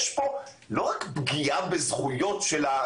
יש הרבה טכנולוגיות חדשות יחסית שנכנסו לשוק,